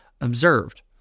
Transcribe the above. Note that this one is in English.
observed